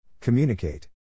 Communicate